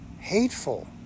hateful